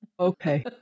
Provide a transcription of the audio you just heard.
Okay